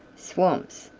swamps,